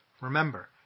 Remember